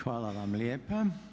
Hvala vam lijepa.